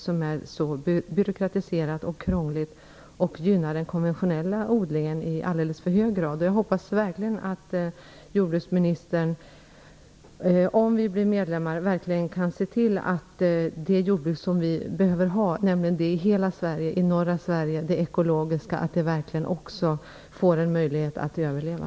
Det är mycket byråkratiserat och krångligt och gynnar den konventionella odlingen i alldeles för hög grad. Om vi blir medlemmar hoppas jag verkligen att jordbruksministern kan se till att det jordbruk som vi behöver ha, nämligen det i hela Sverige, det i norra Sverige och det ekologiska, verkligen får en möjlighet att överleva.